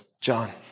John